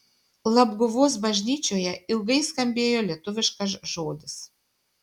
labguvos bažnyčioje ilgai skambėjo lietuviškas žodis